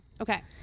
Okay